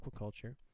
aquaculture